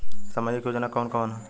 सामाजिक योजना कवन कवन ह?